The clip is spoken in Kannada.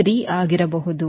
3 ಆಗಿರಬಹುದು